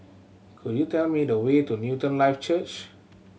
could you tell me the way to Newton Life Church